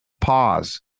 pause